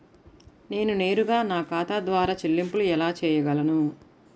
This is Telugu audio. నేను నేరుగా నా ఖాతా ద్వారా చెల్లింపులు ఎలా చేయగలను?